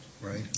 right